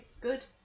good